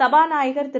சபாநாயகர்திரு